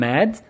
Mad